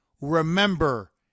remember